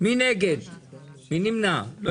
זה